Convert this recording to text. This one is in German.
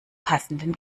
passenden